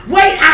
Wait